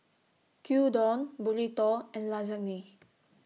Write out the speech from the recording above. Gyudon Burrito and Lasagne